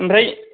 ओमफ्राय